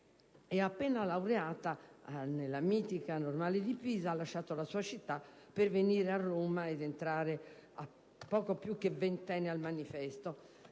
appena laureata nella mitica "Normale" di Pisa, ha lasciato la sua città per venire a Roma ed entrare poco più che ventenne a «il manifesto».